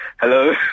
hello